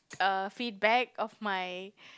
uh feedback of my